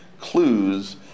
clues